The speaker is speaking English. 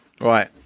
Right